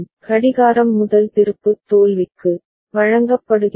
கடிகாரம் முதல் திருப்பு தோல்விக்கு வழங்கப்படுகிறது